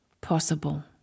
possible